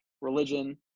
religion